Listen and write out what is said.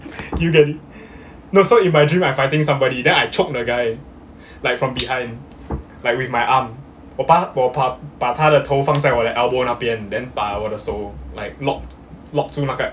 you can no so in my dream I fighting somebody then I choke the guy like from behind like with my arm 我把我把把他的头放在我的 elbow 那边 then 把我的手 like lock lock 住那个